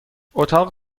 اتاق